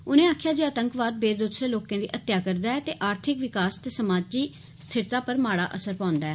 उनें आक्खेआ जे आतंकवाद बेदोसे लोकें दी हत्तेआ करदा ऐ ते आर्थिक विकास ते समाजी स्थिरता पर माड़ा असर पांदा ऐ